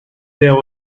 there